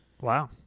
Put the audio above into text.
Wow